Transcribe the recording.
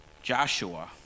Joshua